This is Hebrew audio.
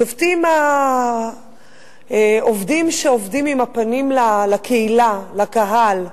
שובתים העובדים שעובדים עם הפנים לקהילה, לקהל,